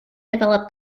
develop